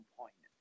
point